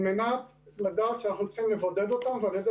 על מנת לדעת שאנחנו צריכים לדעת לבודד אותם ועל ידי